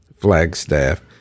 Flagstaff